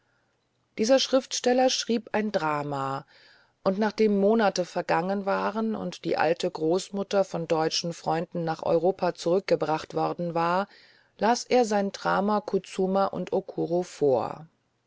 dieser schriftsteller schrieb ein drama und nachdem monate vergangen waren und die alte großmutter von deutschen freunden nach europa zurückgebracht worden war las er sein drama kutsuma und okuro vor